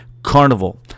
Carnival